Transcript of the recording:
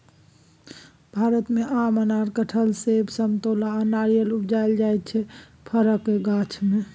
भारत मे आम, अनार, कटहर, सेब, समतोला आ नारियर उपजाएल जाइ छै फरक गाछ मे